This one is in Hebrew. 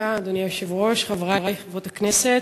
אדוני היושב-ראש, תודה, חברי, חברות הכנסת,